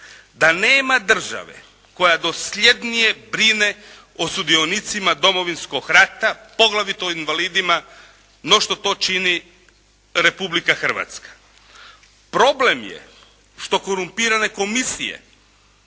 da nema države koja dosljednije brine o sudionicima Domovinskog rata poglavito o invalidima no što to čini Republika Hrvatska. Problem je što korumpirane komisije